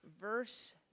verse